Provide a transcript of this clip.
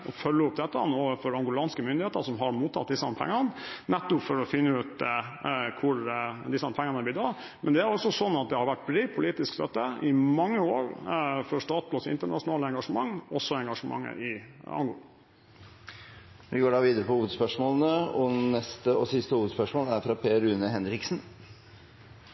følge opp dette overfor angolanske myndigheter som har mottatt disse pengene, nettopp for å finne ut hvor de er blitt av. Men det er altså slik at det har vært bred politisk støtte i mange år til Statoils internasjonale engasjement, også engasjementet i Angola. Vi går til neste hovedspørsmål. Mitt spørsmål går til olje- og